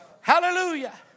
Hallelujah